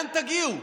לאן תגיעו?